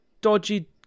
dodgy